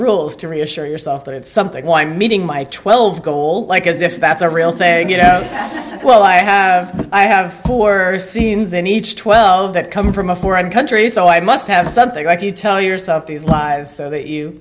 rules to reassure yourself that it's something while i'm eating my twelve gold like as if that's a real thing you know well i have i have two or scenes in each twelve that come from a foreign country so i must have something like you tell yourself these lives so that you